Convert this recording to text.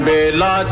Bela